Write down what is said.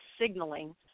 signaling